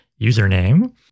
username